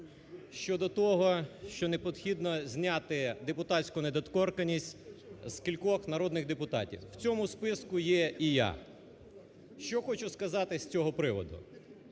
щодо того, що необхідно зняти депутатську недоторканність з кількох народних депутатів в цьому списку є і я. Що хочу сказати з цього приводу?